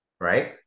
right